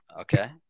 Okay